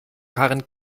karin